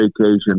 vacation